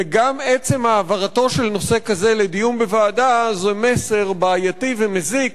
וגם עצם העברתו של נושא כזה לדיון בוועדה זה מסר בעייתי ומזיק